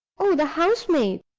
oh, the housemaid.